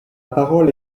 parole